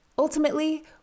Ultimately